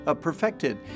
perfected